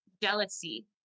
jealousy